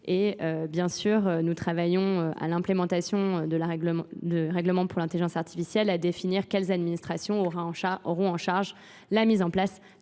Et bien sûr, nous travaillons à l'implémentation du règlement pour l'intelligence artificielle, à définir quelles administrations auront en charge la mise en place